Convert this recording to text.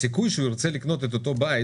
הסיכוי שהוא ירצה לקנות את אותו בית